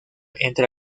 entre